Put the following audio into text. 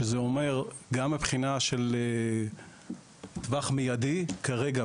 שזה אומר גם מבחינה של טווח מידי כרגע,